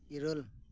ᱤᱨᱟᱹᱞ